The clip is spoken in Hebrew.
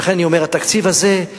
ולכן אני אומר: התקציב הזה,